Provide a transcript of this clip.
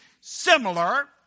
similar